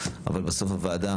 אבל בסוף הוועדה,